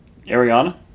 Ariana